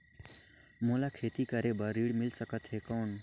मोला खेती करे बार ऋण मिल सकथे कौन?